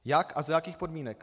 Jak a za jakých podmínek?